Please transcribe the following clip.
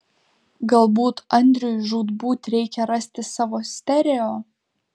galbūt andriui žūtbūt reikia rasti savo stereo